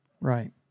Right